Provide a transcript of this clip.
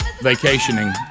vacationing